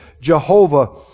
Jehovah